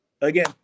Again